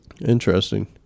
Interesting